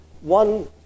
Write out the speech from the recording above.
one